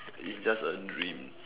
is just a dream